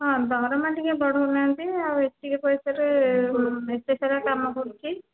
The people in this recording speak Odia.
ହଁ ଦରମା ଟିକେ ବଢ଼ଉ ନାହାନ୍ତି ଆଉ ଏତିକି ପଇସା ରେ ଏତେ ସାରା କାମ କରୁଛି